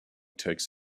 takes